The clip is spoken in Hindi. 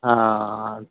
हाँ